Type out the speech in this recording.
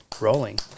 rolling